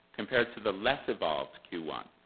compared to the less evolved q one,